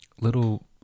little